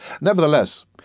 Nevertheless